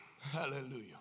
Hallelujah